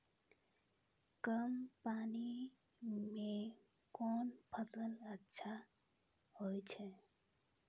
कम पानी म कोन फसल अच्छाहोय छै?